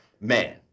man